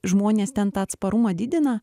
žmonės ten tą atsparumą didina